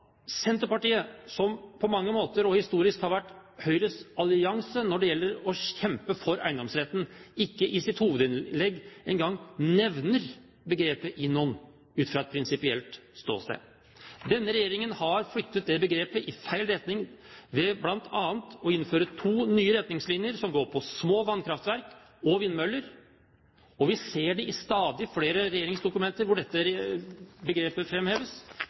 Senterpartiet, som på mange måter og historisk har vært Høyres allierte når det gjelder å kjempe for eiendomsretten, ikke i hovedinnlegget engang nevner begrepet INON ut fra et prinsipielt ståsted. Denne regjeringen har flyttet det begrepet i feil retning ved bl.a. å innføre to nye retningslinjer som går på små vannkraftverk og vindmøller. Vi ser det i stadig flere regjeringsdokumenter hvor dette begrepet